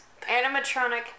Animatronic